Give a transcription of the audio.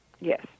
Yes